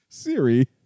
Siri